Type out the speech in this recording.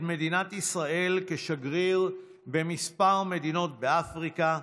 מדינת ישראל כשגריר בכמה מדינות באפריקה,